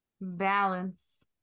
Balance